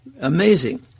Amazing